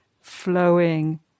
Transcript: flowing